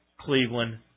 Cleveland